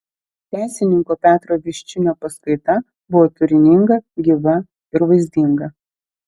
teisininko petro viščinio paskaita buvo turininga gyva ir vaizdinga